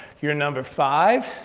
you're number five,